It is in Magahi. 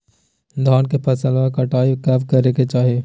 धान के फसलवा के कटाईया कब करे के चाही?